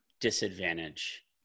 disadvantage